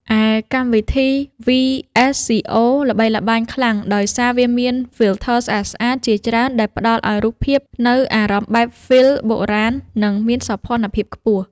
ឯកម្មវិធី វី-អេស-ស៊ី-អូ ល្បីល្បាញខ្លាំងដោយសារវាមាន ហ្វីលធ័រស្អាតៗជាច្រើនដែលផ្តល់ឱ្យរូបភាពនូវអារម្មណ៍បែបហ្វីលបុរាណ និងមានសោភ័ណភាពខ្ពស់។